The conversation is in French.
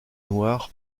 noire